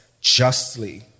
justly